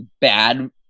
bad